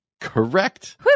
correct